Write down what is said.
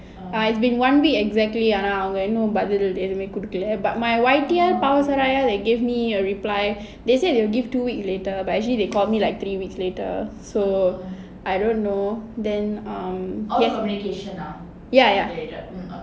ah it's been one week exactly பதில் கொடுக்கல:badhil kodukkala but my Y_T_L வந்து:vandhu they gave me a reply they said they will give two weeks later but actually they called me like three weeks later so I don't know err ya ya